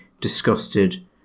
disgusted